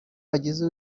hagize